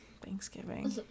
Thanksgiving